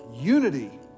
unity